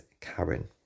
Karen